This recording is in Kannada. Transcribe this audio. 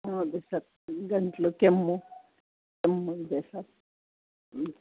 ಹ್ಞೂ ಅದೆ ಸರ್ ಗಂಟಲು ಕೆಮ್ಮು ಕೆಮ್ಮು ಇದೆ ಸರ್ ಹ್ಞ್